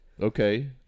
Okay